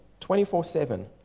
24-7